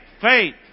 faith